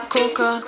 Coca